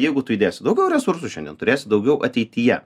jeigu tu įdėsi daugiau resursų šiandien turėsi daugiau ateityje